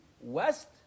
west